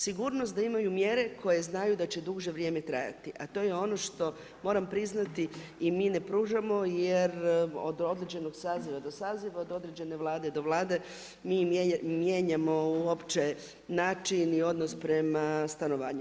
Sigurnost da imaju mjere koje znaju da će duže vrijeme trajati a to je ono što moram priznati i mi ne pružamo jer od određenog saziva do saziva, od određene Vlade do Vlade mi mijenjamo uopće način i odnos prema stanovanju.